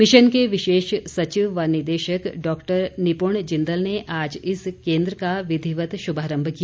mission के विशेष सचिव व निदेशक डॉक्टर निपुण जिंदल ने आज इस केन्द्र का विधिवत शुभारम्भ किया